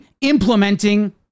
implementing